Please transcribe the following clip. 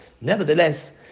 nevertheless